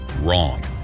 Wrong